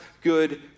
good